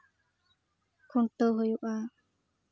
ᱠᱷᱩᱱᱴᱟᱹᱣ ᱦᱩᱭᱩᱜᱼᱟ